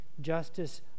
justice